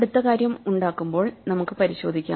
അടുത്ത കാര്യം ഉണ്ടാക്കുമ്പോൾനമുക്ക് പരിശോധിക്കാം